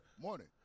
Morning